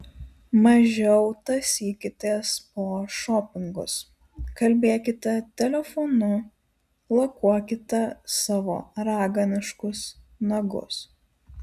mažiau tąsykitės po šopingus kalbėkite telefonu lakuokite savo raganiškus nagus